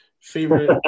favorite